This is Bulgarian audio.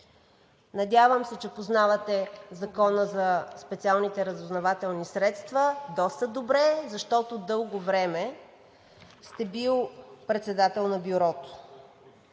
Надявам се, че познавате Закона за специалните разузнавателни средства доста добре, защото дълго време сте бил председател на Бюрото.